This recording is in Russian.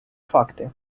факты